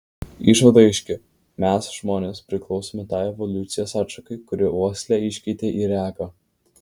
išvada aiški mes žmonės priklausome tai evoliucijos atšakai kuri uoslę iškeitė į regą